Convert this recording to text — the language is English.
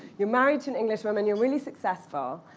you're married to an englishwoman. you're really successful.